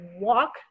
walk